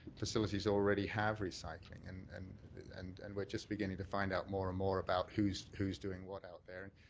facilities, already have recycling and and and and we're just beginning to find out more and more about who's who's doing what out there.